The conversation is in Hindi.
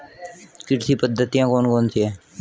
कृषि पद्धतियाँ कौन कौन सी हैं?